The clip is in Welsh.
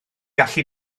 gallu